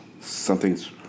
something's